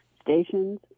stations